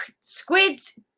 Squid's